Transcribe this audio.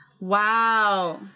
wow